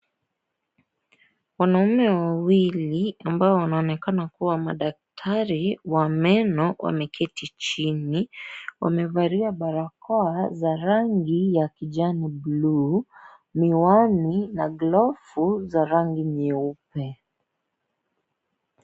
Wanaume wawili ambao wanaonekana kuwa madaktari wa meno wameketi chini. Wamevalia barakoa za rangi ya kijani bluu, miwani na glovu za rangi nyeupe.